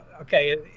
Okay